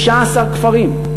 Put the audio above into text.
16 כפרים,